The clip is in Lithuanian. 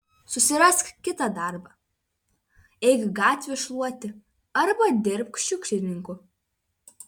susirask kitą darbą eik gatvių šluoti arba dirbk šiukšlininku